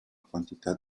quantità